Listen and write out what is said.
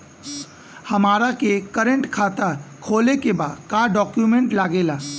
हमारा के करेंट खाता खोले के बा का डॉक्यूमेंट लागेला?